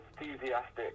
enthusiastic